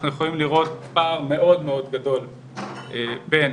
אנחנו יכולים לראות פער מאוד מאוד גדול בין